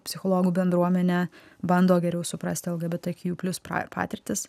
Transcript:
psichologų bendruomenė bando geriau suprasti algą bet akių plius patirtis